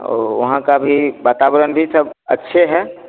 और वहाँ का भी वातावरण भी सब अच्छे हैं